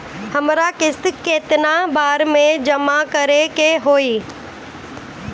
हमरा किस्त केतना बार में जमा करे के होई?